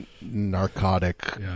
narcotic